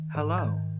Hello